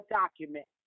document